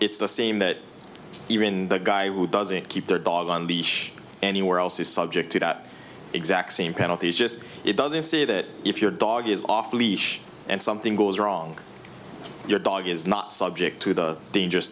it's the same that even the guy who doesn't keep their dog on the anywhere else is subject to that exact same penalties just it doesn't say that if your dog is off leash and something goes wrong your dog is not subject to the dangerous